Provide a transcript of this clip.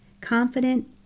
confident